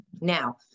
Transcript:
Now